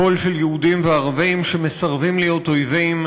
קול של יהודים וערבים שמסרבים להיות אויבים,